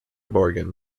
morgan